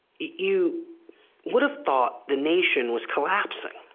you would have thought the nation was collapsing.